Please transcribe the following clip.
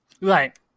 Right